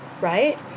Right